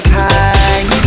time